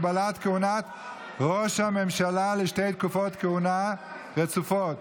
הגבלת כהונת ראש הממשלה לשתי תקופות כהונה רצופות),